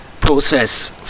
process